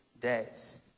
days